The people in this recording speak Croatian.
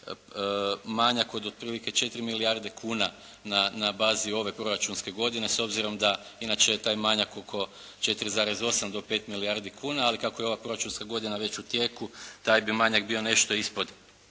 manjak od otprilike 4 milijarde kuna na bazi ove proračunske godine s obzirom da inače je taj manjak oko 4,8 do 5 milijardi kuna, ali kako je ova proračunska godina već u tijeku taj bi manjak bio nešto ispod